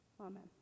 Amen